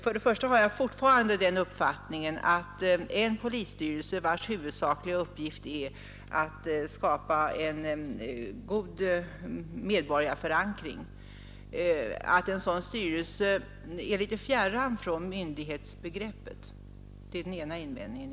För det första har jag fortfarande den uppfattningen att en polisstyrelse, vars huvudsakliga uppgift är att skapa en god medborgarförankring, är fjärran från myndighetsbegreppet. Det är den ena invändningen.